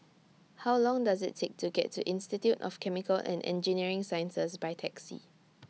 How Long Does IT Take to get to Institute of Chemical and Engineering Sciences By Taxi